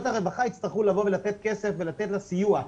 הרווחה יצטרכו לתת כסף ולתת לה סיוע.